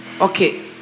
Okay